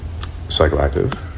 psychoactive